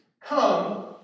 come